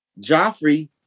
Joffrey